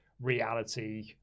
reality